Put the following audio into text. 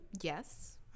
Yes